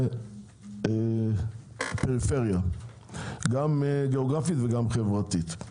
ולפריפריה הגאוגרפית והחברתית.